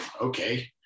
okay